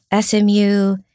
SMU